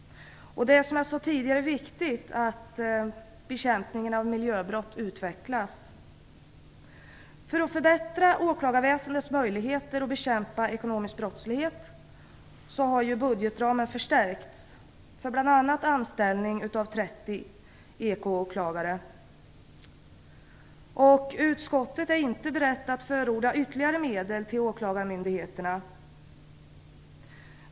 Det är, som jag sade tidigare, viktigt att bekämpningen av miljöbrott utvecklas. För att förbättra åklagarväsendets möjligheter att bekämpa ekonomisk brottslighet har budgetramen förstärkts för bl.a. anställning av 30 ekoåklagare. Utskottet är inte berett att förorda ytterligare medel till åklagarmyndigheterna.